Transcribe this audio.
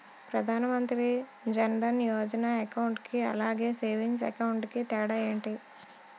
Pradhan Mantri Jan Dhan Yojana account కి అలాగే savings account కి తేడా ఏంటి?